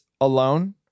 alone